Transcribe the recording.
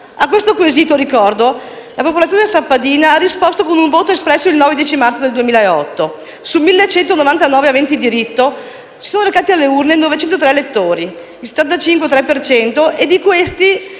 A questo quesito, lo ricordo, la popolazione sappadina ha risposto con un voto espresso il 9 e 10 marzo 2008: su 1.199 aventi diritto si sono recati alle urne 903 elettori, pari al 75,3 per cento,